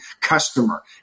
customer